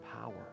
power